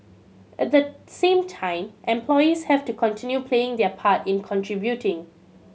at the same time employees have to continue playing their part in contributing